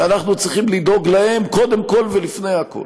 ואנחנו צריכים לדאוג להם קודם כול ולפני הכול.